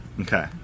Okay